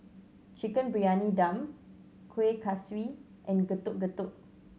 Chicken Briyani Dum Kuih Kaswi and Getuk Getuk